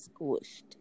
squished